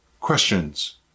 questions